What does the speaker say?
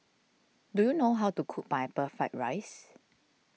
do you know how to cook Fried Rice